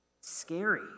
Scary